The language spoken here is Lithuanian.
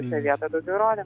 nė vieno daugiau įrodymo